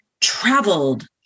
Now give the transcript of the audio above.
Traveled